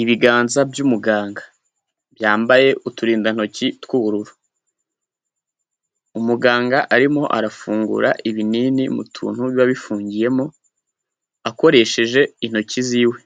Ibiganza by'umuganga byambaye uturindantoki tw'ubururu, umuganga arimo arafungura ibinini mu tuntu biba bifungiyemo akoresheje intoki ziwe,